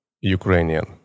Ukrainian